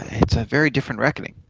it's a very different reckoning.